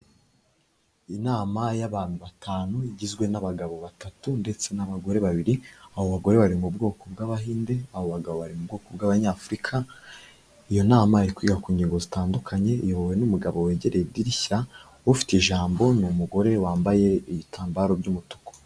Inama y'abantu batanu, igizwe n'abagabo batatu ndetse n'abagore babiri, abo bagore bari mu bwoko bw'abahinde, abo bagabo bari mu bwoko bw'abanyafurika, iyo nama iri kwiga ku ngingo zitandukanye, iyobowe n'umugabo wegereye idirishya, ufite ijambo ni umugore wambaye ibitambaro by'umutuku.